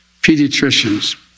pediatricians